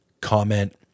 comment